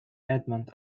edmond